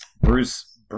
Bruce